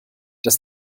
das